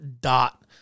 dot